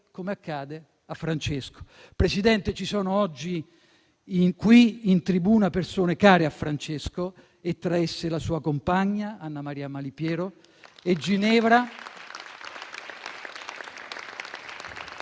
come accade a Francesco. Presidente, ci sono oggi qui in tribuna persone care a Francesco; tra esse la sua compagna, Annamaria Malipiero, e Ginevra,